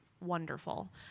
wonderful